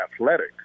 athletic